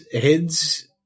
heads